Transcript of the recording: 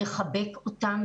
לצערי,